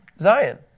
Zion